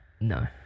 No